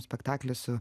spektaklį su